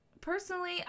Personally